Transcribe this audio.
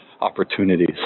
opportunities